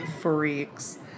freaks